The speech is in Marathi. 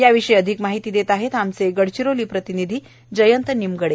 याविषयी अधिक माहिती देत आहेत आमचे गडचिरोलीचे प्रतिनिधी जयंत निमगडे